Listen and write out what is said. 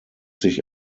sich